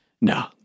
No